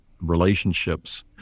relationships